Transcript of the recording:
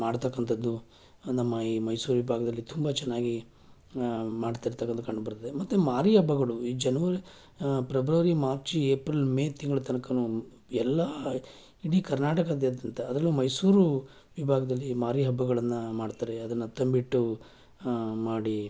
ಮಾಡ್ತಕ್ಕಂಥದ್ದು ನಮ್ಮ ಈ ಮೈಸೂರು ವಿಭಾಗದಲ್ಲಿ ತುಂಬ ಚೆನ್ನಾಗಿ ಮಾಡ್ತಿರ್ತಕಂಥದ್ ಕಂಡು ಬರ್ತದೆ ಮತ್ತು ಮಾರಿ ಹಬ್ಬಗಳು ಈ January February March April May ತಿಂಗಳು ತನ್ಕವೂ ಎಲ್ಲ ಇಡೀ ಕರ್ನಾಟಕದ್ಯಾದಂತ ಅದರಲ್ಲೂ ಮೈಸೂರು ವಿಭಾಗದಲ್ಲಿ ಮಾರಿ ಹಬ್ಬಗಳನ್ನು ಮಾಡ್ತಾರೆ ಅದನ್ನು ತಂಬಿಟ್ಟು ಮಾಡಿ